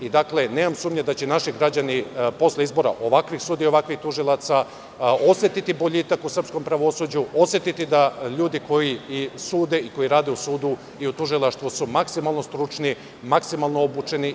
Nemam sumnje da će naši građani posle izbora ovakvih sudija i ovakvih tužilaca osetiti boljitak u srpskom pravosuđu, osetiti da su ljudi koji sude i koji rade u sudu i tužilaštvu maksimalno stručni, maksimalno obučeni.